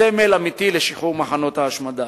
סמל אמיתי לשחרור מחנות ההשמדה.